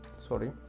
sorry